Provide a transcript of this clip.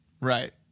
Right